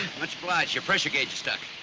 much obliged. your pressure gauge is stuck.